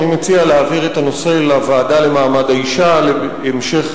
אני מציע להעביר את הנושא לוועדה למעמד האשה להמשך